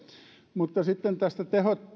mutta sitten tästä